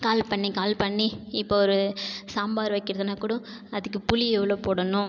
கால் பண்ணி கால் பண்ணி இப்போது ஒரு சாம்பார் வைக்கறதுனாக்கூட அதுக்கு புளி எவ்வளோ போடணும்